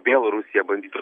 vėl rusija bandytų